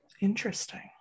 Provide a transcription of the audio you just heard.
Interesting